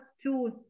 choose